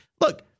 look